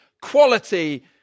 quality